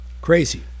Crazy